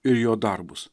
ir jo darbus